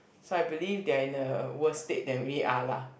so I believe they are in a worse state than we are lah